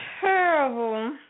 Terrible